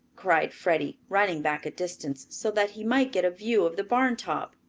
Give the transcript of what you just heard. cried freddie, running back a distance, so that he might get a view of the barn top.